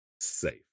Safe